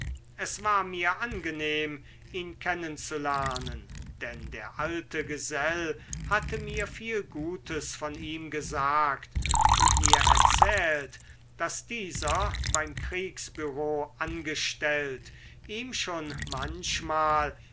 es war mir angenehm ihn kennen zu lernen denn der alte gesell hatte mir viel gutes von ihm gesagt und mir erzählt daß dieser beim kriegsbureau angestellt ihm schon manchmal